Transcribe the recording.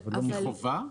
אבל כחובה?